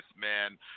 man